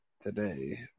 today